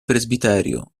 presbiterio